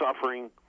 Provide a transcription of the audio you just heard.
suffering